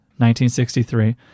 1963